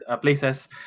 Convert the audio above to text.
Places